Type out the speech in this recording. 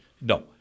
No